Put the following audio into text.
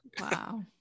Wow